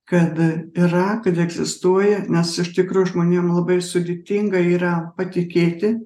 kad yra kad egzistuoja nes iš tikrųjų žmonės labai sudėtinga yra patikėti